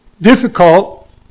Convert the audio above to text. difficult